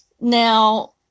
Now